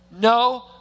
no